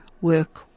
work